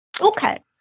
okay